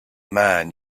man